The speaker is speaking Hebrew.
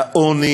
העוני